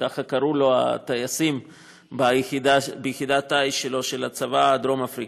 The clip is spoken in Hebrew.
ככה קראו לו הטייסים ביחידת הטיס שלו של הצבא הדרום-אפריקני.